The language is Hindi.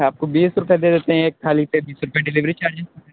आपको बीस रुपए दे देते है एक थाली पे बीस रुपए डिलीवरी चार्जस